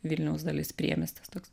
vilniaus dalis priemiestis toks